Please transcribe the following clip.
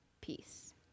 peace